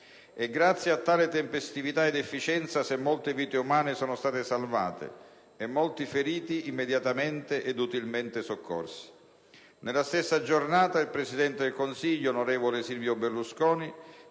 È grazie a tale tempestività ed efficienza se molte vite umane sono state salvate e molti feriti immediatamente ed utilmente soccorsi. Nella stessa giornata il Presidente del Consiglio, onorevole Silvio Berlusconi,